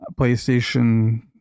PlayStation